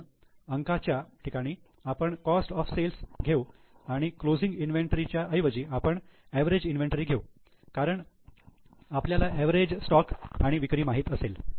म्हणून अंकाच्या ठिकाणी आपण कॉस्ट ऑफ सेल्स घेऊ आणि क्लोजिंग इन्व्हेंटरी च्या ऐवजी आपण एवरेज इन्व्हेंटरी घेऊ कारण आपल्याला एवरेज स्टॉक आणि विक्री माहित असेल